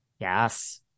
Yes